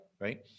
right